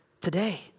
today